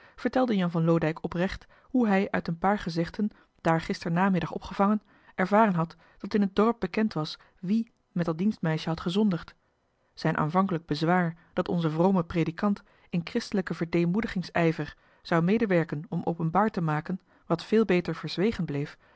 vertelde jan van loodijck oprecht hoe hij uit een paar gezegden daar gisternamiddag opgevangen ervaren had dat in het dorp bekend was wie met dat dienstmeisje had gezondigd zijn aanvankelijk bezwaar dat onze vrome predikant in christelijken verdeemoedigingsijver zou medewerken om openbaar te maken wat veel beter verzwegen bleef